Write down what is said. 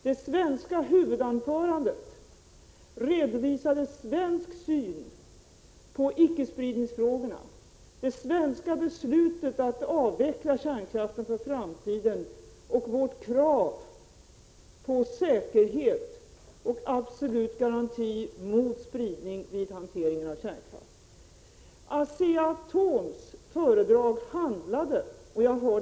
Det svenska huvudanförandet redovisade svensk syn på icke-spridningsfrågorna och det svenska beslutet att avveckla kärnkraften för framtiden och vårt krav på säkerhet och absolut garanti mot spridning vid hantering av kärnkraft. Asea-Atoms föredrag har jag framför mig här.